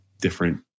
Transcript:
different